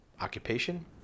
occupation